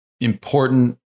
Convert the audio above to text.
important